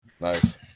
Nice